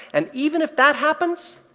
and even if that happens,